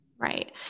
Right